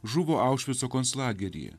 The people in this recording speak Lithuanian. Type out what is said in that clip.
žuvo aušvico konclageryje